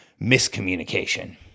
miscommunication